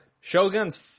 Shogun's